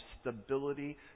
stability